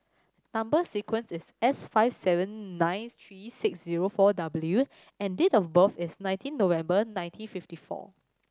number sequence is S five seven nine three six zero four W and date of birth is nineteen November nineteen fifty four